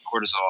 cortisol